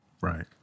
Right